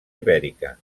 ibèrica